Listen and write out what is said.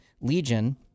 Legion